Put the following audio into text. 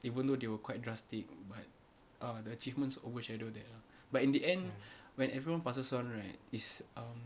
even though they were quite drastic but uh the achievements overshadow that ah but in the end when everyone passes on right is um